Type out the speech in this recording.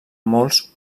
molts